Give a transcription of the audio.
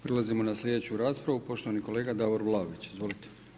Prelazimo na sljedeću raspravu, poštovani kolega Davor Vlaović, izvolite.